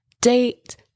date